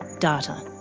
data.